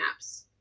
apps